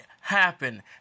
happen